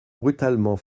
brutalement